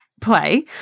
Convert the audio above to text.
play